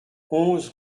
onze